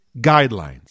guidelines